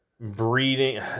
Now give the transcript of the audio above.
breeding